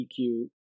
EQ